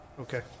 okay